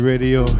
Radio